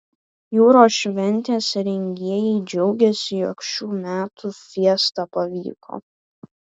jūros šventės rengėjai džiaugiasi jog šių metų fiesta pavyko